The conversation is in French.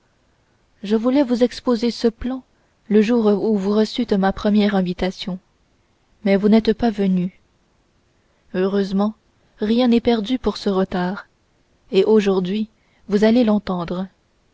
je voulais vous exposer ce plan le jour où vous reçûtes ma première invitation mais vous n'êtes pas venu heureusement rien n'est perdu pour ce retard et aujourd'hui vous allez l'entendre